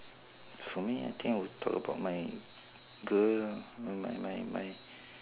for me I think will talk about my girl my my my